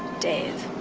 dave